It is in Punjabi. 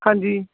ਹਾਂਜੀ